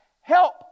help